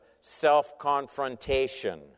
self-confrontation